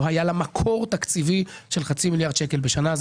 לא היה לה מקור תקציבי של חצי מיליארד שקל בשנה.